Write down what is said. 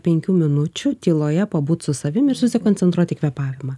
penkių minučių tyloje pabūt su savim ir susikoncentruoti į kvėpavimą